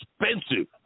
expensive